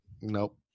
nope